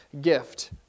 gift